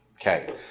Okay